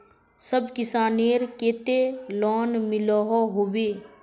सब किसानेर केते लोन मिलोहो होबे?